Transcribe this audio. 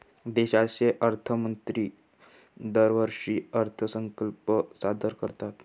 देशाचे अर्थमंत्री दरवर्षी अर्थसंकल्प सादर करतात